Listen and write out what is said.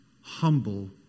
humble